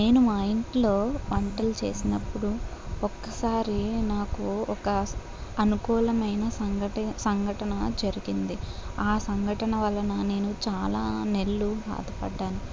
నేను మా ఇంట్లో వంటలు చేసినప్పుడు ఒక్క సారి నాకు ఒక అనుకూలమైన సంగటి సంఘటన జరిగింది ఆ సంఘటన వలన నేను చాలా నెలలు బాధపడ్డాను